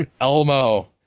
Elmo